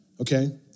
Okay